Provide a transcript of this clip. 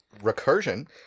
recursion